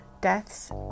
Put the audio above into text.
Death's